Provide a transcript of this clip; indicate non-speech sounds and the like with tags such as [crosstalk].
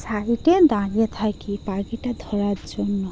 [unintelligible] দাঁড়িয়ে থাকি পাখিটা ধরার জন্য